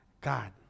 God